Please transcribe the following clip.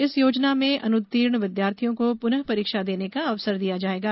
इस योजना में अनुत्तीर्ण विद्यार्थियों को पुनः परीक्षा देने का अवसर दिया जाएगा